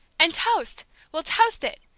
and toast we'll toast it!